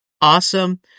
awesome